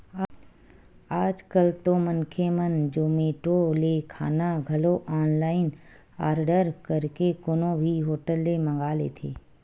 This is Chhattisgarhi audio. आज कल तो मनखे मन जोमेटो ले खाना घलो ऑनलाइन आरडर करके कोनो भी होटल ले मंगा लेथे